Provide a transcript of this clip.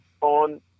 on